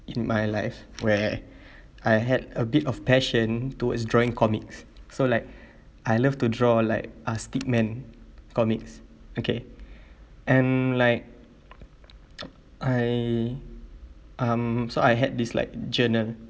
in my life where I had a bit of passion towards drawing comics so like I love to draw like uh stickman comics okay and like I um so I had this like journal